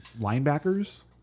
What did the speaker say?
linebackers